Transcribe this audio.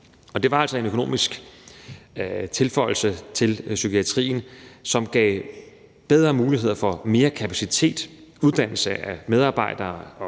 Det var altså en økonomisk tilføjelse til psykiatrien, som gav bedre muligheder for at få mere kapacitet, uddannelse af medarbejdere